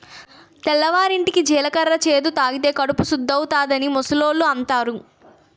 తెల్లవారింటికి జీలకర్ర చేదు తాగితే కడుపు సుద్దవుతాదని ముసలోళ్ళు అంతారు